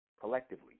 collectively